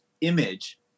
image